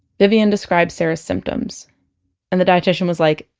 vivian described sarah's symptoms and the dietician was like,